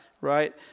right